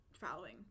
following